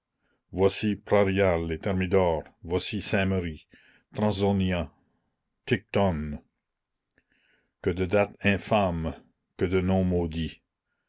voici prairial et thermidor voici saint-merry transnonain tiquetonne que de dates infâmes et que de noms maudits